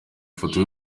ifoto